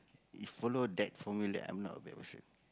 if follow that formula I'm not a bad person